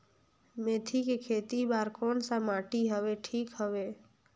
मेथी के खेती बार कोन सा माटी हवे ठीक हवे?